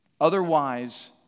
Otherwise